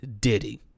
Diddy